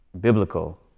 biblical